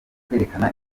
kwerekana